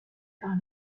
par